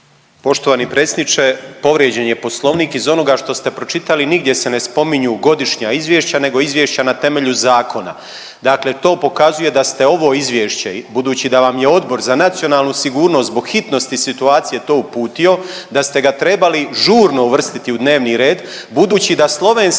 Poštovani predsjedniče, povrijeđen je Poslovnik. Iz onoga što ste pročitali nigdje se ne spominju godišnja izvješća nego izvješća na temelju zakona. Dakle to pokazuje da ste ovo izvješće, budući da vam je Odbor za nacionalnu sigurnost zbog hitnosti situacije to uputio, da ste ga trebali žurno uvrstiti u dnevni red budući da slovenska